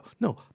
No